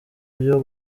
byo